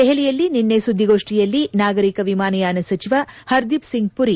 ದೆಹಲಿಯಲ್ಲಿ ನಿನ್ನೆ ಸುದ್ದಿಗೋಷ್ತಿಯಲ್ಲಿ ನಾಗರಿಕ ವಿಮಾನಯಾನ ಸಚಿವ ಹರ್ದೀಪ್ ಸಿಂಗ್ ಪುರಿ